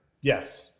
Yes